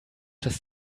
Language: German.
das